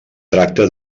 tracta